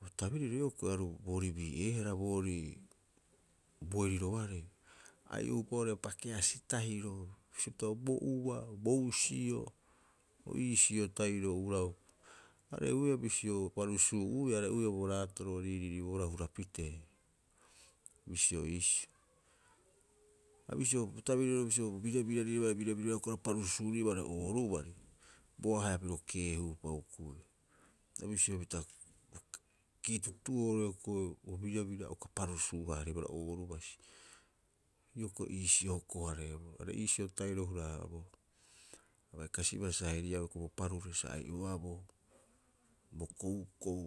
Bo tabiriri hioko'i aru boorii bii'eehara boorii bo eriroarei ai'o'uopa oo'ore pakeasi tahiro, bisio pita bo ua bo usio o iisio tahiro hura'opa. Are'uiaa bisio parusuu'uia, are'uiaa bo raataro, a riiriiribohara o hura pitee bisio iisio. Ha bisio bo tabirirori bisio birabiraribaa birabira hioko'i o parusuuriba oo'ore ooruari, bo ahe'a piro keehuu'upa hukuiia. O bisio opita bo kiikitu'oo oo'ore hioko'i bo birabira uka parusuuhareba oorubasi. Hioko'i iisio hoko- hareeboroo are iisio tahiro hura- haaboro. A bai kasibaa sa heriau hiko'i bo parure sa ai'oaboo, bo koukou